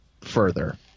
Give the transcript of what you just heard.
further